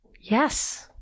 Yes